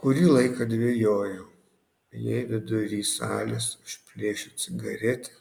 kurį laiką dvejojau jei vidury salės užplėšiu cigaretę